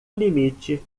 limite